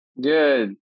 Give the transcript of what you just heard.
Good